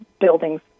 buildings